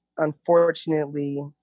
Unfortunately